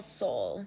soul